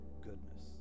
goodness